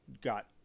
got